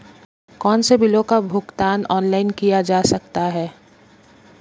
कौनसे बिलों का भुगतान ऑनलाइन किया जा सकता है?